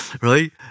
right